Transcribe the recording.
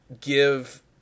give